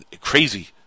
crazy